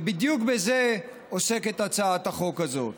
ובדיוק בזה עוסקת הצעת החוק הזאת.